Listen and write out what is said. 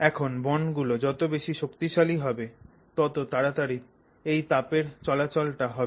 এখন বন্ড গুলো যত বেশি শক্তিশালী হবে তত তাড়াতাড়ি এই তাপের চলাচলটা হবে